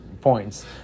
points